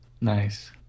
Nice